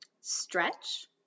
stretch